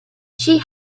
she